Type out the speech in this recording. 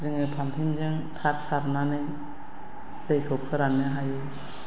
जोङो पाम्पिंजों थाब सारनानै दैखौ फोराननो हायो